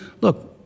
look